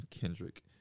Kendrick